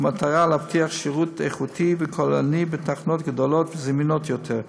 במטרה להבטיח שירות איכותי וכוללני בתחנות גדולות וזמינות יותר.